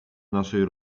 naszej